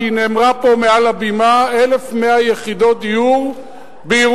כי היא נאמרה פה מעל הבימה: 1,100 יחידות דיור בירושלים.